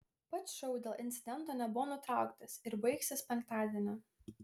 pats šou dėl incidento nebuvo nutrauktas ir baigsis penktadienį